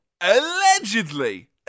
Allegedly